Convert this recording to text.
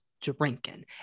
drinking